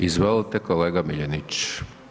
Izvolite kolega Miljenić.